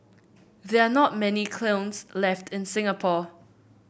there are not many kilns left in Singapore